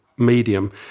medium